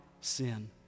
sin